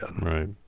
Right